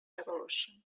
revolution